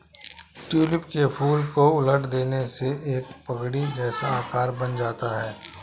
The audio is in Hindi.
ट्यूलिप के फूल को उलट देने से एक पगड़ी जैसा आकार बन जाता है